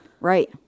Right